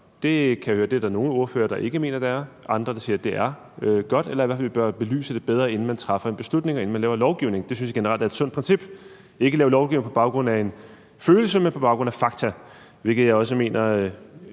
Det kan jeg høre der er nogle ordførere der ikke mener det er, mens andre siger, at det er godt, eller at det i hvert fald bør belyses lidt bedre, inden man træffer en beslutning, og inden man laver lovgivning. Det synes jeg generelt er et sundt princip, altså at man ikke laver lovgivning på baggrund af en følelse, men på baggrund af fakta, hvilket jeg også mener